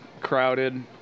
Crowded